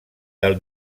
del